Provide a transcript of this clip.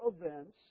events